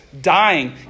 dying